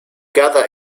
gather